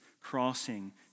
crossing